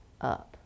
up